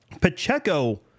Pacheco